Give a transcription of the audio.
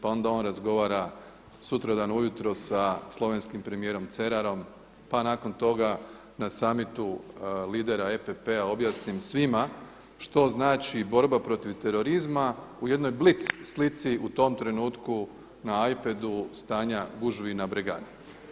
Pa onda on razgovara sutradan ujutro sa slovenskim premijerom Cerarom, pa nakon toga na summitu lidera EPP-a objasnim svima što znači borba protiv terorizma u jednoj blic slici u tom trenutku na i-pedu stanja gužvi na Bregani.